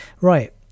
Right